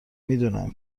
میدونم